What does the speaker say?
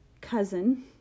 cousin